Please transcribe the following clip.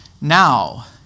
Now